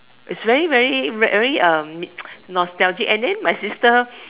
it's very very very um nostalgic and then my sister